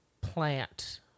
plant